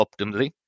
optimally